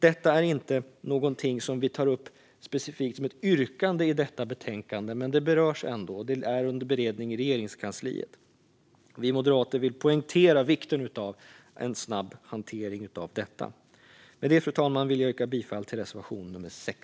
Detta är inte något vi tar upp som ett specifikt yrkande i detta betänkande, men det berörs ändå och är under beredning i Regeringskansliet. Vi moderater vill poängtera vikten av en snabb hantering av detta. Med det, fru talman, yrkar jag bifall till reservation nummer 6.